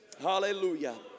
Hallelujah